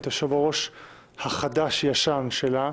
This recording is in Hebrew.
את היושב-ראש החדש-ישן שלה,